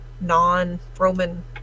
non-Roman